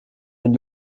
den